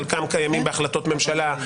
חלקם קיימים בהחלטות ממשלה,